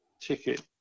ticket